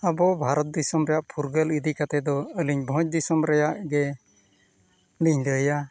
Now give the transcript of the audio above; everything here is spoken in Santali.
ᱟᱵᱚ ᱵᱷᱟᱨᱚᱛ ᱫᱤᱥᱚᱢ ᱨᱮᱭᱟᱜ ᱯᱷᱩᱨᱜᱟᱹᱞ ᱤᱫᱤ ᱠᱟᱛᱮᱫ ᱫᱚ ᱟᱹᱞᱤᱧ ᱵᱷᱚᱸᱡᱽ ᱫᱤᱥᱚᱢ ᱨᱮᱭᱟᱜ ᱜᱮᱞᱤᱧ ᱞᱟᱹᱭᱟ